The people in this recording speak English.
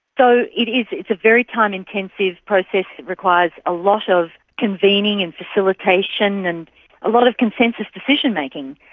so it is. it's a very time-intensive process that requires a lot of convening and facilitation, and a lot of consensus decision-making.